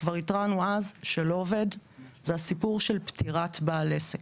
כבר התרענו אז שלא עובד זה סיפור פטירת בעל עסק.